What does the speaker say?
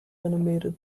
animated